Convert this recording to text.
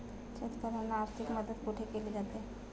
शेतकऱ्यांना आर्थिक मदत कुठे केली जाते?